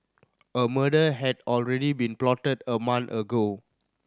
a murder had already been plotted a month ago